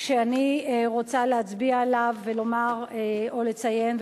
שאני רוצה להצביע עליו ולומר או לציין,